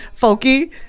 Folky